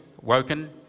woken